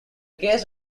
case